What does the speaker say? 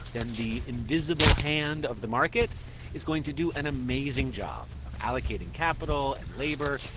then the invisible hand of the market is going to do an amazing job of allocating capital and labor.